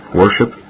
worship